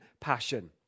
passion